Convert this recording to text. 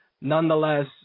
Nonetheless